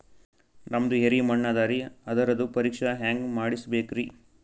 ನಮ್ದು ಎರಿ ಮಣ್ಣದರಿ, ಅದರದು ಪರೀಕ್ಷಾ ಹ್ಯಾಂಗ್ ಮಾಡಿಸ್ಬೇಕ್ರಿ?